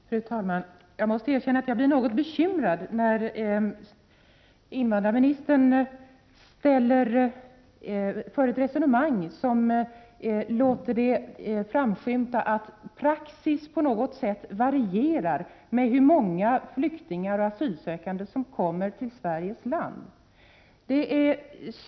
Fru talman! Jag måste erkänna att jag blir något bekymrad när invandrarministern för ett resonemang där det framskymtar att praxis på något sätt varierar med hur många flyktingar och asylsökande som kommer till Sveriges land.